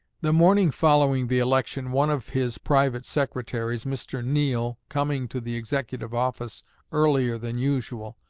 the morning following the election one of his private secretaries, mr. neill, coming to the executive office earlier than usual,